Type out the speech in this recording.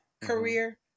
career